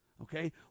Okay